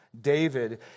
David